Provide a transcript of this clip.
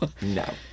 No